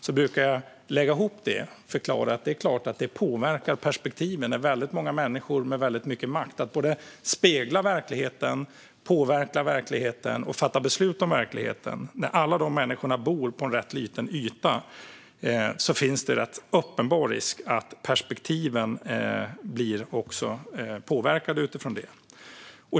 Jag brukar förklara att det är klart att det här sammanlagt påverkar perspektiven. När väldigt många människor med väldigt mycket makt både speglar verkligheten, påverkar verkligheten och fattar beslut om verkligheten och när alla dessa människor bor på en rätt liten yta finns det en uppenbar risk att perspektiven blir påverkade utifrån detta. Fru talman!